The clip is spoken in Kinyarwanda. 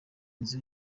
nzu